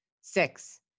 Six